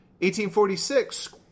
1846